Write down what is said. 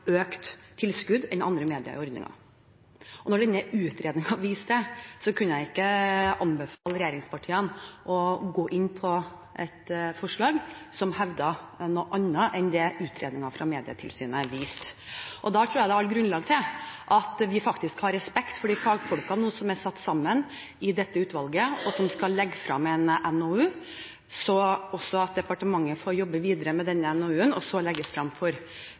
økt tilskudd enn andre medier i ordningen. Når denne utredningen viste det, kunne jeg ikke anbefale regjeringspartiene å gå inn på et forslag som hevdet noe annet enn det utredningen fra Medietilsynet viste. Jeg tror det er grunn til faktisk nå å ha respekt for de fagfolkene som er satt sammen i dette utvalget, og som skal legge frem en NOU, og at departementet får jobbe videre med denne NOU-en, og så legges det frem for Stortinget. Det tror jeg alle er tjent med. Vi skal selvsagt ha respekt for